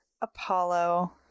Apollo